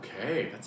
Okay